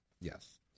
Yes